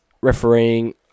Refereeing